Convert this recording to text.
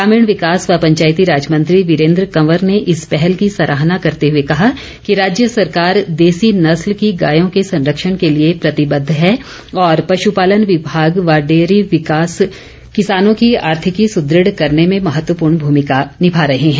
ग्रामीण विकास व पंचायतीराज मंत्री वीरेंद्र कंवर ने इस पहल की सराहना करते हुए कहा कि राज्य सरकार देसी नस्ल की गायों के संरक्षण के लिए प्रतिबद्ध है और पश्पालन विभाग व डेयरी विकास किसानों की आर्थिकी सुदृढ़ करने में महत्वपूर्ण भूमिका निभा रहे हैं